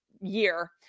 year –